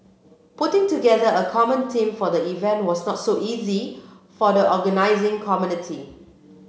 putting together a common theme for the event was not so easy for the organising